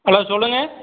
hello சொல்லுங்க